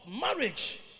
marriage